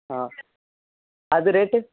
ஆ அது ரேட்டு